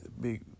big